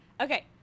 Okay